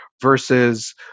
versus